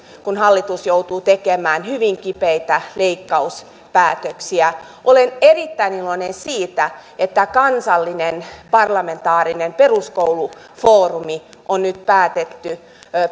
kun hallitus joutuu tekemään hyvin kipeitä leikkauspäätöksiä olen erittäin iloinen siitä että kansallinen parlamentaarinen peruskoulufoorumi on nyt päätetty